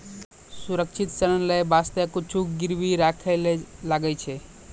सुरक्षित ऋण लेय बासते कुछु गिरबी राखै ले लागै छै